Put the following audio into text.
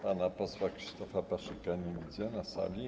Pana posła Krzysztofa Paszyka nie widzę na sali.